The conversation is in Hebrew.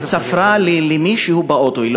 כי צפרה למישהו באוטו,